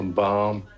bomb